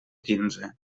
quinze